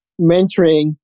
mentoring